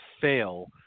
fail